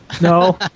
no